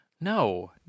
No